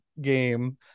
game